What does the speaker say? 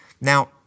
Now